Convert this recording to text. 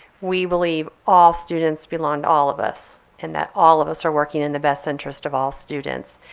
we believe all students belong to all of us and that all of us are working in the best interest of all students.